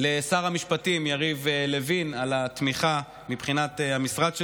לשר המשפטים יריב לוין על התמיכה בחוק מבחינת המשרד שלו,